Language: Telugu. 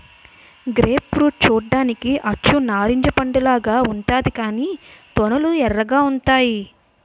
గ్రేప్ ఫ్రూట్ చూడ్డానికి అచ్చు నారింజ పండులాగా ఉంతాది కాని తొనలు ఎర్రగా ఉంతాయి